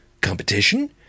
competition